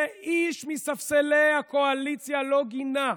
שאיש מספסלי הקואליציה לא גינה,